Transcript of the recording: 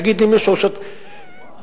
להגיד למישהו, קללה.